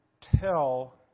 tell